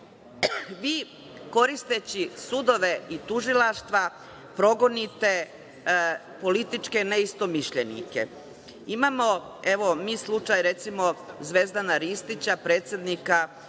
Vi, koristeći sudove i tužilaštva,, progonite političke ne istomišljenike. Imamo slučaj, recimo, Zvezdana Ristića, predsednika